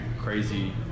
crazy